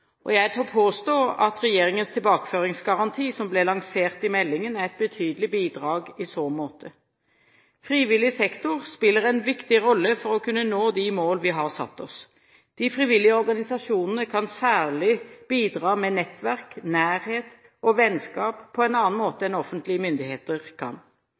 kriminalomsorg. Jeg tør påstå at regjeringens tilbakeføringsgaranti, som ble lansert i meldingen, er et betydelig bidrag i så måte. Frivillig sektor spiller en viktig rolle for å kunne nå de mål vi har satt oss. De frivillige organisasjonene kan særlig bidra med nettverk, nærhet og vennskap på en annen måte enn offentlige myndigheter kan.